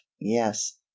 yes